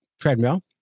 treadmill